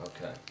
Okay